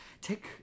take